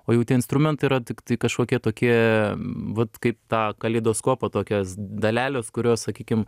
o jau tie instrumentai yra tiktai kažkokie tokie vat kaip tą kaleidoskopą tokios dalelės kurios sakykim